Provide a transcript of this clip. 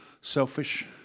selfish